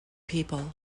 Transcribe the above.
people